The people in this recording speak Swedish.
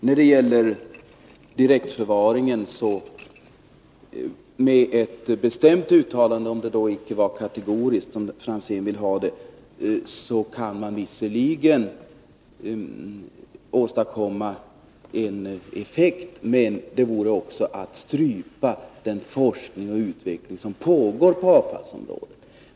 När det gäller direktförvaringen kan man visserligen med ett bestämt uttalande — om också icke kategoriskt, som Ivar Franzén vill ha det — åstadkomma en effekt, men det vore också att strypa den forskning och utveckling som pågår på avfallsområdet.